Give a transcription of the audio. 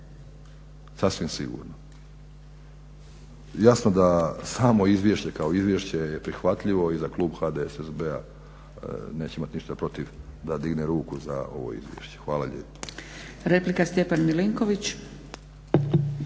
sasvim sigurno. Jasno da samo izvješće kao izvješće je prihvatljivo i za Klub HDSSB-a neće imati ništa protiv da digne ruku za ovo izvješće. Hvala lijepo.